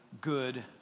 good